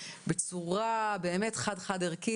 בצורה באמת חד-חד ערכית.